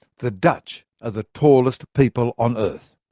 the dutch are the tallest people on earth?